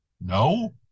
No